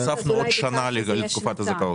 אנחנו הוספנו עוד שנה לתקופת הזכאות.